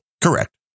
correct